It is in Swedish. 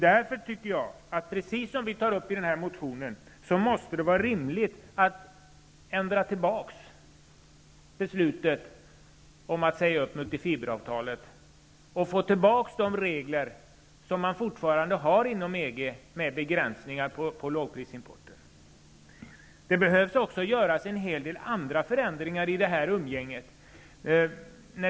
Därför tycker jag, precis som vi skriver i den här motionen, att det måste vara rimligt att ändra tilbaka beslutet om att säga upp multifiberavtalet och att få tillbaka de regler som man fortfarande har inom EG, med begränsningar av lågprisimporten. Det behöver också göras en hel del andra förändringar i detta umgänge.